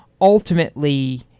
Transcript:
ultimately